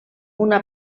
una